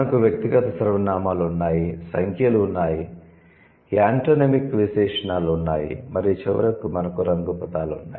మనకు వ్యక్తిగత సర్వనామాలు ఉన్నాయి సంఖ్యలు ఉన్నాయి యాంటోనిమిక్ విశేషణాలు ఉన్నాయి మరియు చివరకు మనకు రంగు పదాలు ఉన్నాయి